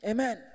Amen